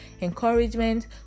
encouragement